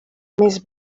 més